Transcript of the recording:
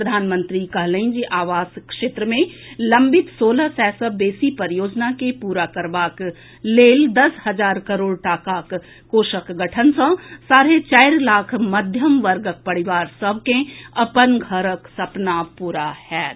प्रधानमंत्री कहलनि जे आवास क्षेत्र मे लम्बित सोलह सय सँ बेसी परियोजना कँ पूरा करबाक लेल दस हजार करोड़ टाकाक कोषक गठन सँ साढ़े चारि लाख मध्यम वर्गक परिवार सभ के अपन घरक सपना पूरा होयत